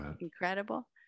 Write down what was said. Incredible